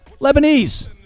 Lebanese